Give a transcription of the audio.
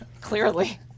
Clearly